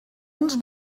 uns